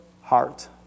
heart